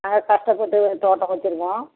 நாங்கள் கஷ்டப்பட்டு தோட்டம் வச்சுருக்கோம்